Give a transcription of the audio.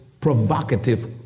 provocative